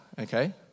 okay